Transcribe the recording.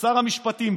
שר המשפטים.